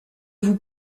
vous